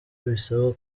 bisaba